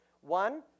One